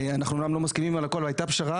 אנחנו אמנם לא מסכימים על הכל אבל הייתה פשרה,